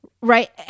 right